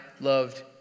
loved